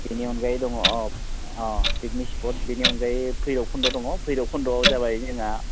बेनि अनगायै दङ अ अ पिकनिक स्पट बेनि अनगायै भैरब कुन्द' दङ भैरब कुन्द'आव जाबाय जोंहा